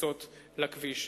בכניסות לכביש.